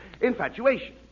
infatuation